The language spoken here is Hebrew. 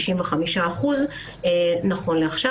נכון לעכשיו.